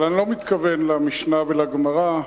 אבל אני לא מתכוון למשנה ולגמרא,